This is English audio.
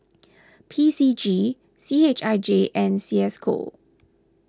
P C G C H I J and Cisco